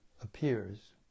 appears